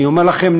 אני אומר לכם,